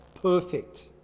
perfect